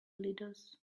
leaders